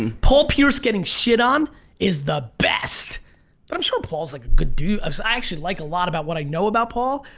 and paul pierce getting shit on is the best but i'm sure paul's a good dude um i actually like a lot about what i know about paul,